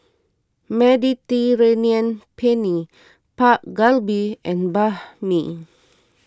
Mediterranean Penne Dak Galbi and Banh Mi